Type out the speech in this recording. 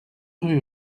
rue